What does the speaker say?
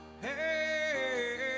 Hey